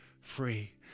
free